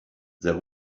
there